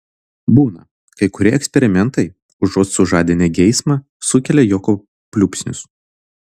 būna kai kurie eksperimentai užuot sužadinę geismą sukelia juoko pliūpsnius